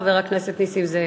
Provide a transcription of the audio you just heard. חבר הכנסת נסים זאב.